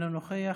אינו נוכח,